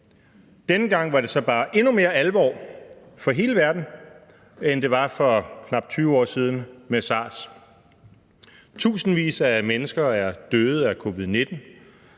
Denne gang var det så bare endnu mere alvor for hele verden, end det var for knap 20 år siden med sars. Tusindvis af mennesker er døde af covid-19.